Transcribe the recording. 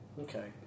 Okay